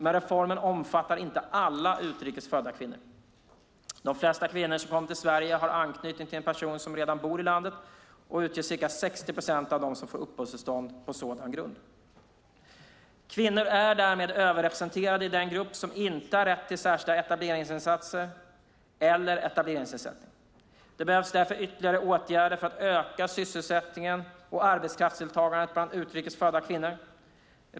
Men reformen omfattar inte alla utrikes födda kvinnor. De flesta kvinnor som kommer till Sverige har anknytning till en person som redan bor i landet och utgör ca 60 procent av dem som får uppehållstillstånd på sådan grund. Kvinnor är därmed överrepresenterade i den grupp som inte har rätt till särskilda etableringsinsatser eller etableringsersättning. Det behövs därför ytterligare åtgärder för att öka sysselsättningen och arbetskraftsdeltagandet bland utrikes födda kvinnor.